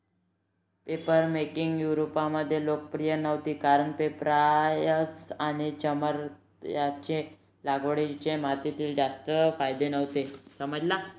papermaking युरोपमध्ये लोकप्रिय नव्हती कारण पेपायरस आणि चर्मपत्र यांचे लागवडीयोग्य मातीत जास्त फायदे नव्हते